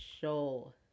show